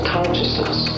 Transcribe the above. Consciousness